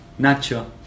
Nacho